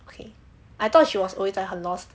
okay I thought she was always like her lost